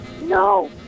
No